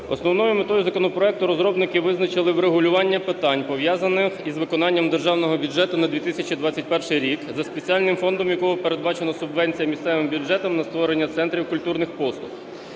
основною метою законопроекту розробники визначили врегулювання питань, пов'язаних із виконанням Державного бюджету на 2021 рік, за спеціальним фондом якого передбачена субвенція місцевим бюджетам на створення центрів культурних послуг.